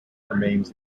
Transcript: remains